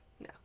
No